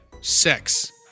sex